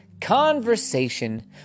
conversation